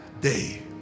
day